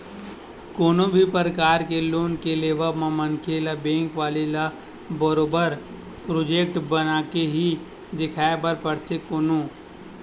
कोनो भी परकार के लोन के लेवब म मनखे ल बेंक वाले ल बरोबर प्रोजक्ट बनाके ही देखाये बर परथे कोनो